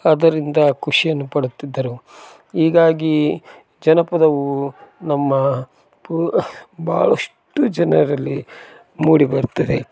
ಆದ್ದರಿಂದ ಖುಷಿಯನ್ನು ಪಡುತ್ತಿದ್ದರು ಹೀಗಾಗಿ ಜನಪದವು ನಮ್ಮ ಪೂ ಭಾಳಷ್ಟು ಜನರಲ್ಲಿ ಮೂಡಿ ಬರ್ತಿದೆ